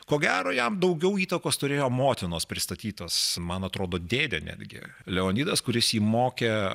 ko gero jam daugiau įtakos turėjo motinos pristatytas man atrodo dėdė netgi leonidas kuris jį mokė